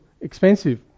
expensive